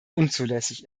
unzulässig